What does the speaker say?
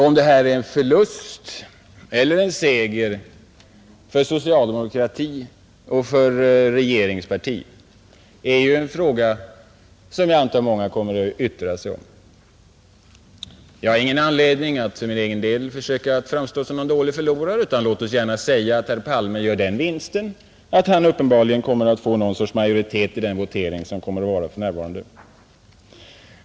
Om det här är en förlust eller en seger för socialdemokratin är en fråga som jag antar att många kommer att yttra sig om. Jag har ingen anledning att för egen del framstå som en dålig förlorare, utan låt oss gärna säga att herr Palme gör den vinsten att han uppenbarligen kommer att få någon sorts majoritet i den votering som kommer.